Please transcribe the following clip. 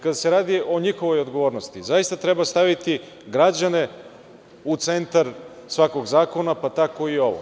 Kada se radi o njihovoj odgovornosti, zaista treba staviti građane u centar svakog zakona, pa tako i ovog.